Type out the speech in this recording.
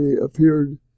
appeared